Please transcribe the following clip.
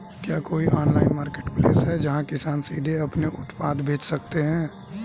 क्या कोई online marketplace है जहां किसान सीधे अपने उत्पाद बेच सकते हैं?